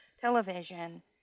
television